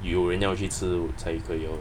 有人要去吃才可以